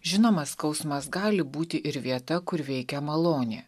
žinoma skausmas gali būti ir vieta kur veikia malonė